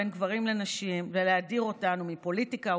בין גברים לנשים ולהדיר אותנו מפוליטיקה,